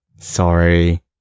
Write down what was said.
Sorry